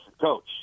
coach